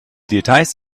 details